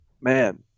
man